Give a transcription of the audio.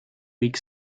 week